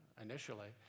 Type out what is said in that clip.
initially